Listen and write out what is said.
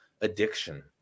addiction